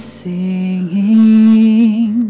singing